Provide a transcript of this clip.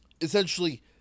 essentially